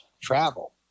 travel